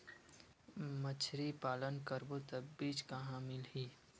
मछरी पालन करबो त बीज कहां मिलही?